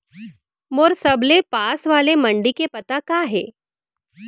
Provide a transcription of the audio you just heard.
मोर सबले पास वाले मण्डी के पता का हे?